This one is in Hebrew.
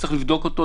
צריך לבדוק אותו.